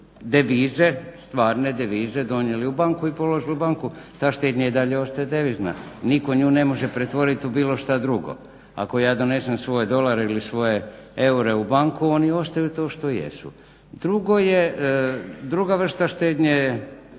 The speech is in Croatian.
devize stvarne devizi donijeli i položili u banku. Ta štednja i dalje ostaje devizna. Nitko nju ne može pretvoriti u bilo što drugo. Ako ja donesem svoje dolare ili svoje eure u banku oni ostaju to što jesu. Druga vrsta štednje je